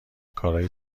کارای